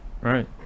right